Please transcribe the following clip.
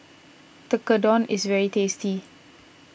Tekkadon is very tasty